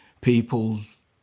people's